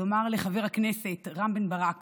לומר לחבר הכנסת רם בן ברק